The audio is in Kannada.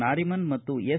ನಾರಿಮನ್ ಮತ್ತು ಎಸ್